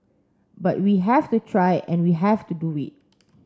but we have to try and we have to do it